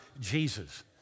Jesus